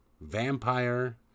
vampire